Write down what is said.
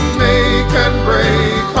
make-and-break